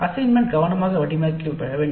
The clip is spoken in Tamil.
அசைன்மென்ட் கவனமாக வடிவமைக்கப்பட வேண்டும்